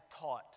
taught